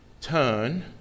turn